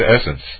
essence